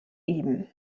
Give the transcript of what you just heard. eben